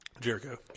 Jericho